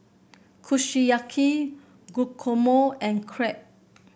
Kushiyaki Guacamole and Crepe